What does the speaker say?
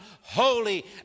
holy